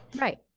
right